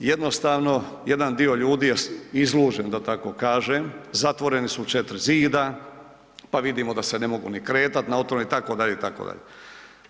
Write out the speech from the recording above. Jednostavno, jedan dio ljudi je izluđen da tako kažem, zatvoreni su u 4 zida, pa vidimo da se ne mogu ni kretat na otvorenom itd., itd.